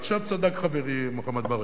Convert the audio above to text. עכשיו, צדק חברי מוחמד ברכה: